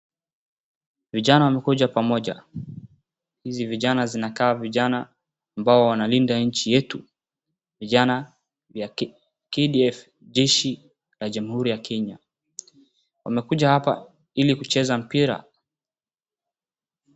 Vijana wamekuja pamoja. Hizi vijana zikaa vijana ambao wanalinda nchi yetu. vijana vya KDF jeshi la jamhuri ya Kenya. Wamekuja hapa ilikucheza mpira.